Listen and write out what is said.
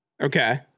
okay